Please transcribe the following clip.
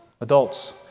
Adults